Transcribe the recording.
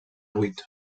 vuit